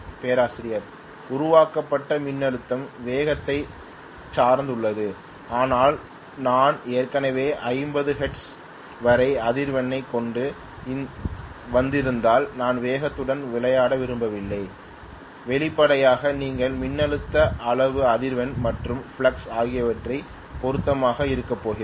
பேராசிரியர் உருவாக்கப்பட்ட மின்னழுத்தம் வேகத்தையும் சார்ந்துள்ளது ஆனால் நான் ஏற்கனவே 50 ஹெர்ட்ஸ் வரை அதிர்வெண்ணைக் கொண்டு வந்து இருந்ததால் நான் வேகத்துடன் விளையாட விரும்பவில்லை வெளிப்படையாக நீங்கள் மின்னழுத்த அளவு அதிர்வெண் மற்றும் ஃப்ளக்ஸ் ஆகியவற்றைப் பொருத்ததாக இருக்கப்போகிறது